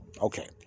okay